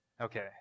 Okay